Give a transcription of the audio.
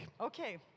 Okay